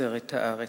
מתוצרת הארץ,